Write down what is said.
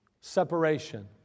Separation